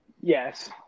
Yes